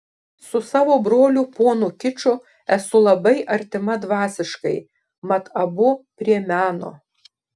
su savo broliu ponu kiču esu labai artima dvasiškai mat abu prie meno